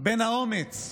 בין האומץ,